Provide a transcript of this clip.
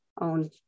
own